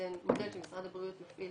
מודל שמשרד הבריאות מפעיל